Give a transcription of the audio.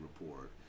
report